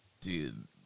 Dude